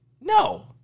No